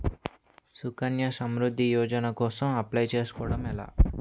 సుకన్య సమృద్ధి యోజన కోసం అప్లయ్ చేసుకోవడం ఎలా?